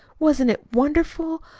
wasn't it wonderful?